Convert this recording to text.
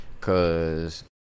Cause